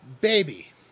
baby